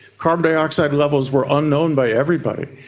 carbon dioxide levels were unknown by everybody.